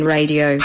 Radio